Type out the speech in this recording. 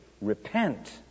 Repent